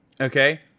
okay